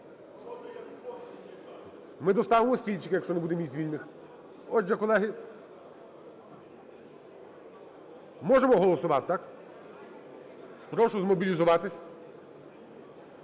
Ми доставимо стільчик, якщо не буде місць вільних. Отже, колеги… Можемо голосувати, так? Прошу змобілізуватись.